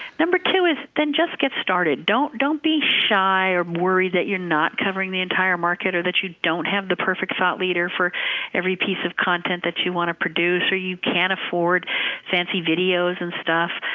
number two is then just get started. don't don't be shy or worry that you're not covering the entire market, or that you don't have the perfect thought leader for every piece of content that you want to produce, or you can't afford fancy videos and stuff.